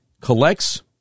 collects